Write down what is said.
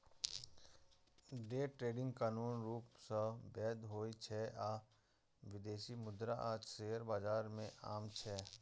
day trading कानूनी रूप सं वैध होइ छै आ विदेशी मुद्रा आ शेयर बाजार मे आम छै